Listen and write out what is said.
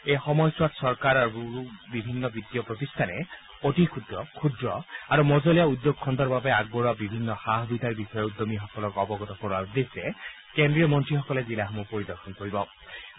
এই সময়ছোৱাত চৰকাৰ আৰু বিভিন্ন বিত্তীয় প্ৰতিষ্ঠানে অতি ক্ষুদ্ৰ ক্ষুদ্ৰ আৰু মজলীয়া উদ্যোগ খণ্ডৰ বাবে আগবঢ়োৱা বিভিন্ন সা সুবিধাৰ বিষয়ে উদ্যমীসকলক অৱগত কৰোৱাৰ উদ্দেশ্যে কেন্দ্ৰীয় মন্ত্ৰীসকলে এই জিলাসমূহ পৰিদৰ্শন কৰাৰ কথা আছে